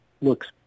looks